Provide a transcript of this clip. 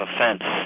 offense